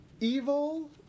evil